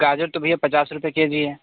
गाजर तो भैया पचास रुपये के जी हैं